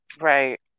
Right